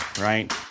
right